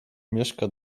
mieszka